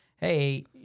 hey